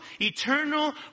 eternal